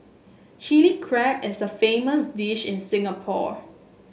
Chilli Crab is a famous dish in Singapore